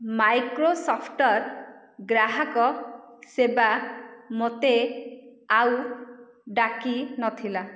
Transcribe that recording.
ମାଇକ୍ରୋସଫ୍ଟର ଗ୍ରାହକ ସେବା ମୋତେ ଆଉ ଡାକିନଥିଲା